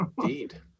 Indeed